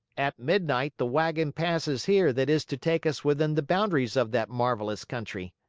at midnight the wagon passes here that is to take us within the boundaries of that marvelous country.